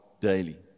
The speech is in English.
daily